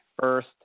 first